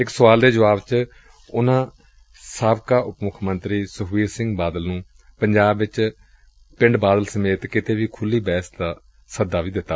ਇਕ ਸਵਾਲ ਦੇ ਜਵਾਬ ਵਿਚ ਉਨੂਾਂ ਸਾਬਕਾ ਉਪ ਮੁੱਖ ਮੰਤਰੀ ਸੁਖਬੀਰ ਸਿੰਘ ਬਾਦਲ ਨੂੰ ਪੰਜਾਬ ਵਿਚ ਪਿੰਡ ਬਾਦਲ ਸਮੇਤ ਕਿਤੇ ਵੀ ਖੁੱਲੀ ਬਹਿਸ ਦੀ ਚੁਣੌਤੀ ਵੀ ਦਿੱਤੀ